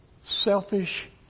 selfish